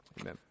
Amen